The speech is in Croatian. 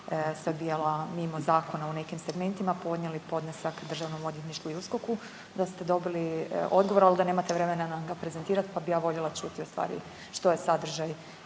se odvijala mimo zakona u nekim segmentima podnijeli podnesak Državnom odvjetništvu i USKOK-u, da ste dobili odgovor, ali da nemate vremena nam ga prezentirati, pa bih ja voljela čuti u stvari što je sadržaj